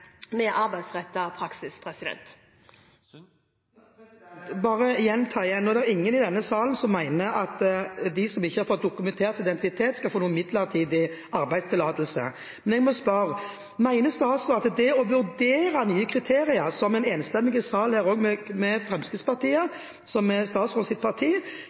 praksis. Jeg vil bare gjenta: Det er ingen i denne sal som mener at de som ikke har fått dokumentert identitet, skal få midlertidig arbeidstillatelse. Jeg må spørre: Mener statsråden at det å vurdere nye kriterier – som en enstemmig sal vedtok, her også med Fremskrittspartiet, som er statsrådens parti